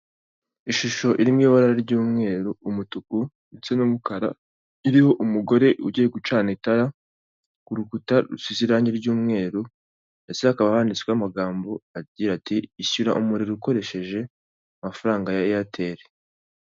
Umuhanda ukoze neza hagati harimo umurongo w'umweru wihese, umuntu uri ku kinyabiziga cy'ikinyamitende n'undi uhagaze mu kayira k'abanyamaguru mu mpande zawo hari amazu ahakikije n'ibyuma birebire biriho insinga z'amashanyarazi nyinshi.